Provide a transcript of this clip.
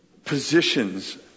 positions